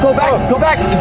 so back, go back.